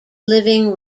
living